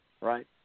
right